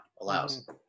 allows